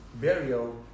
burial